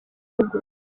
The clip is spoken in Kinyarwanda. ruguru